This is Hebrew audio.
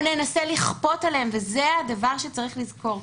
או ננסה לכפות עליהן וזה הדבר שצריך לזכור,